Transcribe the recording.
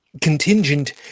contingent